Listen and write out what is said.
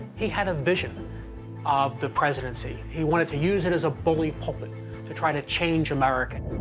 he had a vision of the presidency. he wanted to use it as a bully pulpit to try to change america.